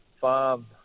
Farm